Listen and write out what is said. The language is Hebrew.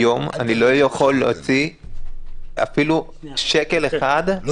היום אני לא יכול להוציא אפילו שקל אחד --- שנייה אחת,